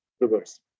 reverse